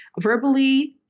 verbally